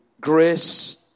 grace